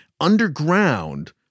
underground